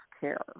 care